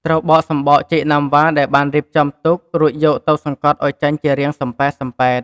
ត្រូវបកសម្បក ចេកណាំវ៉ា ដែលបានរៀបចំទុក រួចយកវាទៅសង្កត់អោយចេញជារាងសម្ពែតៗ។